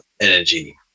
energy